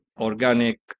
organic